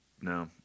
No